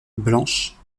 blanche